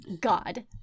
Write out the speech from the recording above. god